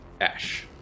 ash